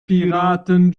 piraten